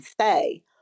say